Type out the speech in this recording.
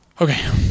Okay